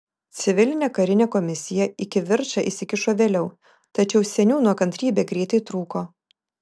civilinė karinė komisija į kivirčą įsikišo vėliau tačiau seniūno kantrybė greitai trūko